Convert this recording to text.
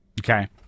Okay